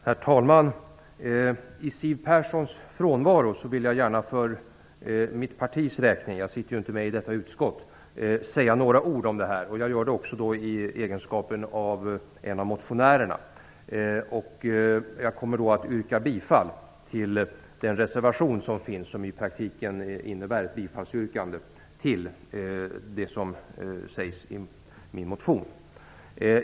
Herr talman! I Siw Perssons frånvaro vill jag gärna för mitt partis räkning - jag sitter ju inte med i detta utskott - säga några ord om den här frågan. Jag gör det också i egenskap av motionär. Jag kommer att yrka bifall till den reservation som finns, vilket i praktiken innebär ett bifall till det som sägs i min motion.